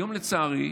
כיום, לצערי,